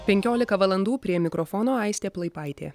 penkiolika valandų prie mikrofono aistė plaipaitė